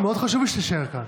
מאוד חשוב לי שתישאר כאן.